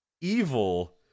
Evil